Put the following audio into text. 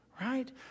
right